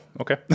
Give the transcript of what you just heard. okay